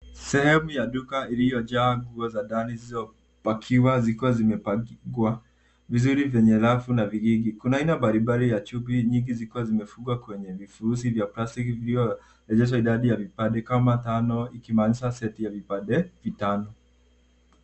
Sehemu ya duka iliyojaa sehemu za ndani zilizopakiwa zikiwa zimepangikwa vizuri kwenye rafu na vigingi. Kuna aina mbalimbali ya chupi nyingi zikiwa zimefungwa kwenye vifurushi vya plastiki vilivyoonyesha idadi ya vipande kama tano ikimaanisha seti ya vipande vitano.